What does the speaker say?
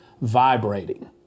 vibrating